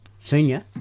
Senior